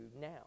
now